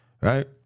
Right